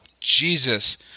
Jesus